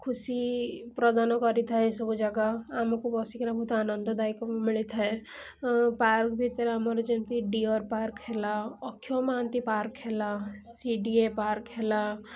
ଖୁସି ପ୍ରଦାନ କରିଥାଏ ଏହି ସବୁ ଜାଗା ଆମକୁ ବସିକିନା ବହୁତ ଆନନ୍ଦଦାୟକ ବି ମିଳିଥାଏ ପାର୍କ୍ ଭିତରେ ଆମର ଯେମିତି ଡିଅର୍ ପାର୍କ୍ ହେଲା ଅକ୍ଷୟ ମହାନ୍ତି ପାର୍କ୍ ହେଲା ସି ଡ଼ି ଏ ପାର୍କ୍ ହେଲା